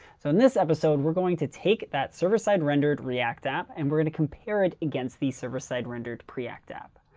so in this episode, we're going to take that server-side rendered react app, and we're going to compare it against the server-side rendered preact app.